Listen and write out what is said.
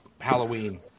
Halloween